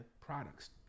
products